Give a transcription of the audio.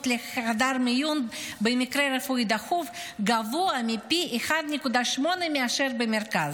לחדר מיון במקרה רפואי דחוף גבוה פי 1.8 מאשר במרכז.